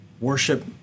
worship